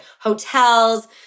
Hotels